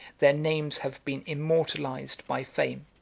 their names have been immortalized by fame.